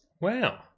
Wow